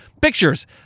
pictures